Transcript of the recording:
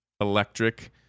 electric